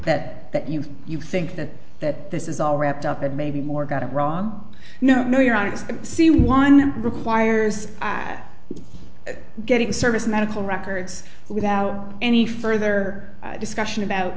that that you you think that that this is all wrapped up and maybe more got it wrong no no you're honest i see one requires getting service medical records without any further discussion about